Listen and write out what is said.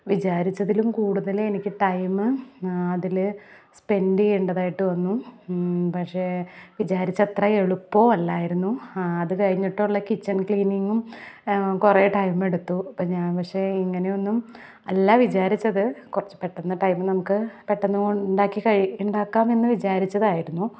വിചാരിച്ചതിലും കൂടുതൽ എനിക്ക് ടൈമ് അതിൽ സ്പെൻഡ് ചെയ്യേണ്ടതായിട്ട് വന്നു പക്ഷെ വിചാരിച്ച അത്ര എളുപ്പം അല്ലായിരുന്നു അതു കഴിഞ്ഞിട്ടുള്ള കിച്ചൺ ക്ലീനിങ്ങും കുറേ ടൈമെടുത്തു അപ്പം ഞാൻ പക്ഷെ ഇങ്ങനെയൊന്നും അല്ല വിചാരിച്ചത് കുറച്ചു പെട്ടെന്ന് ടൈമ് നമുക്ക് പെട്ടെന്ന് ഉണ്ടാക്കി ഉണ്ടാക്കാം എന്ന് വിചാരിച്ചതായിരുന്നു